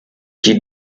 die